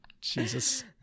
Jesus